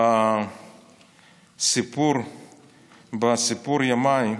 ב"סיפור ימיי"